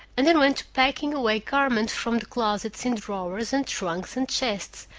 and then went to packing away garments from the closets in drawers and trunks and chests,